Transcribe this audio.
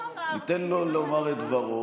ניתן לו לומר את דברו,